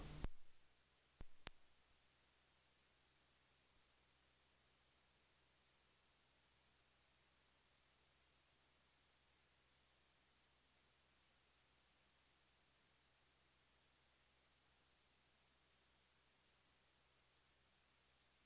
Efter hand skall den här cirkulationen alltså minska i omfattning.